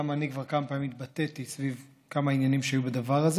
גם אני כבר כמה פעמים התבטאתי סביב כמה עניינים שהיו בדבר הזה.